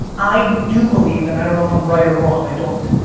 i do believe and i don't know if i'm right or wrong, i don't.